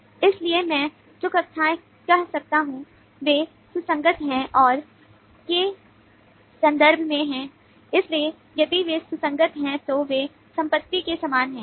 इसलिए मैं जो कक्षाएं कह सकता हूं वे सुसंगत हैं और के संदर्भ में हैं इसलिए यदि वे सुसंगत हैं तो वे संपत्ति के समान हैं